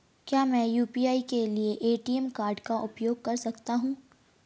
क्या मैं यू.पी.आई के लिए ए.टी.एम कार्ड का उपयोग कर सकता हूँ?